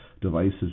devices